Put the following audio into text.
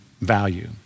value